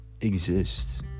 exist